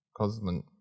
Cosmon